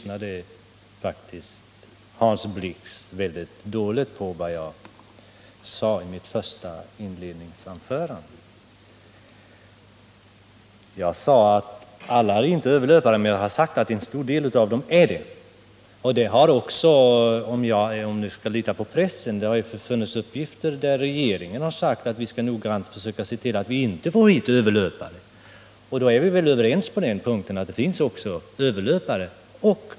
Hans Blix måste faktiskt ha lyssnat mycket dåligt på vad jag sade i mitt inledningsanförande. Jag har inte sagt att alla är överlöpare, men jag har sagt att en stor del av dem är det. Om vi skall lita på pressen har det faktiskt funnits uppgifter om att regeringen har sagt att vi noggrant skall försöka se till att vi inte får hit överlöpare. Då är vi väl överens om att det också finns överlöpare.